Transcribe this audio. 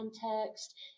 context